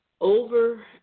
over